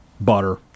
butter